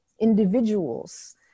individuals